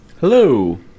Hello